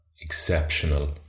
exceptional